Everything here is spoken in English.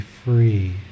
free